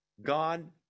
God